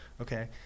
okay